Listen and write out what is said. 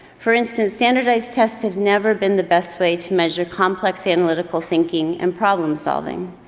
for instance, standardized tests have never been the best way to measure complex analytical thinking and problem-solving.